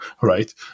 right